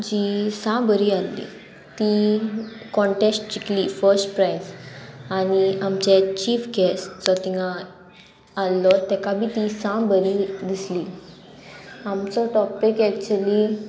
जी सा बरी आल्ली ती कॉन्टेस्ट जिंकली फर्स्ट प्रायज आनी आमचे चिफ गॅस्ट जो तिंगा आहलो तेका बी ती सा बरी दिसली आमचो टॉपीक एक्चली